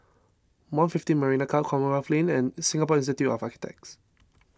one fifteen Marina Club Commonwealth Lane and Singapore Institute of Architects